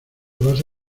base